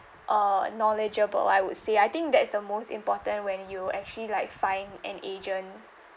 uh knowledgeable I would say I think that's the most important when you actually like find an agent